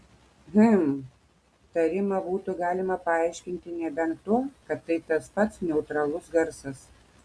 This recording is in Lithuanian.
hm tarimą būtų galima paaiškinti nebent tuo kad tai tas pats neutralus garsas